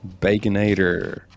Baconator